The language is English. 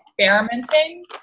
experimenting